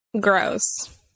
Gross